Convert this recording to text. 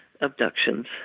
abductions